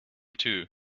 too